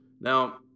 now